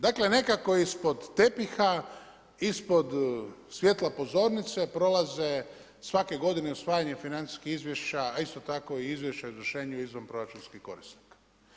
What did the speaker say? Dakle nekako ispod tepiha, ispod svjetla pozornice prolaze svake godine usvajanje financijskih izvješća, a isto tako i izvješća o izvršenu izvanproračunskih korisnika.